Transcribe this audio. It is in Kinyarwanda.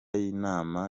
y’inama